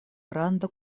granda